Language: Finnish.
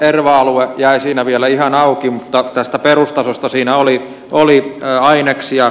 erva alue jäi siinä vielä ihan auki mutta tästä perustasosta siinä oli aineksia